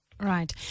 Right